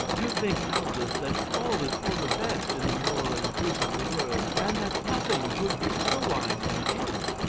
you think doubtless that all is for the best in the moral and physical world, and that nothing could be otherwise than it is?